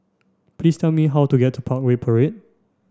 please tell me how to get to Parkway Parade